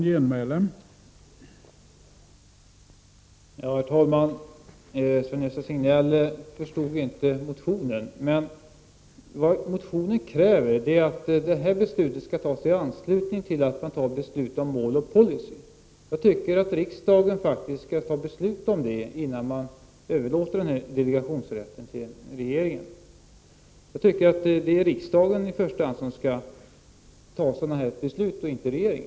Herr talman! Sven-Gösta Signell förstod inte motionen. Vad som krävs i motionen är att detta beslut skall fattas i anslutning till att beslut fattas om mål och policy. Riksdagen bör faktiskt enligt min uppfattning fatta beslut om detta innan denna delegationsrätt överlåts till regeringen. Det är i första hand riksdagen, och inte regeringen, som skall fatta beslut av den här typen.